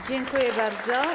Dziękuję bardzo.